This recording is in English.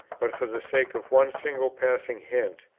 but for the sake of one single passing hint.